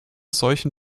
solchen